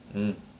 mm